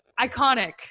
Iconic